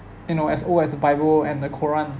you know as old as the bible and the quran